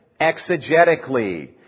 exegetically